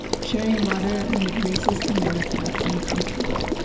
sharing water made racist america uncomfortable,